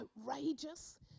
outrageous